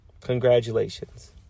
Congratulations